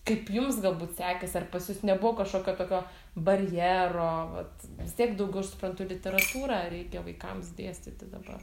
kaip jums galbūt sekės ar pas jus nebuvo kažkokio tokio barjero vat vis tiek daugiau aš suprantu literatūrą reikia vaikams dėstyti dabar